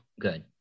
good